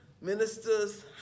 ministers